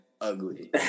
ugly